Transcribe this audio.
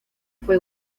fue